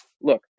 look